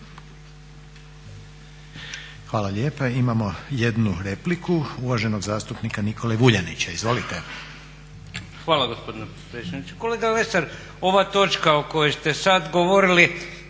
Hvala lijepa. Imamo jednu repliku uvaženog zastupnika Nikole Vuljanića. Izvolite. **Vuljanić, Nikola (Nezavisni)** Hvala gospodine potpredsjedniče. Kolega Lesar, ova točka o kojoj ste sad govorili